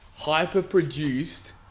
hyper-produced